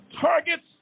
targets